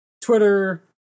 Twitter